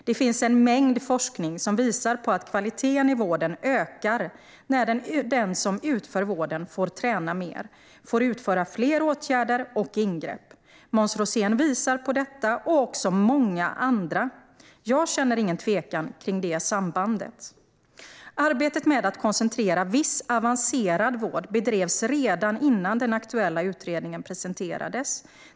Det finns en mängd forskning som visar på att kvaliteten i vården ökar när den som utför vården får träna mer, får utföra fler åtgärder och ingrepp. Måns Rosén visar på detta, och det gör också många andra. Jag känner inget tvivel kring det sambandet. Arbetet med att koncentrera viss avancerad vård bedrevs redan innan den aktuella utredningen presenterades.